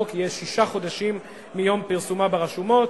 יהיה שישה חודשים מיום פרסומו ברשומות.